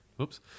Oops